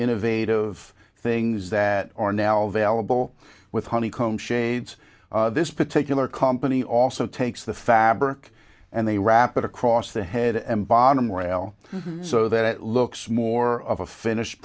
innovative things that are now available with honeycomb shades this particular company also takes the fabric and they wrap it across the head and bottom rail so that it looks more of a finished